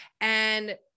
and-